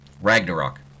Ragnarok